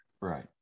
Right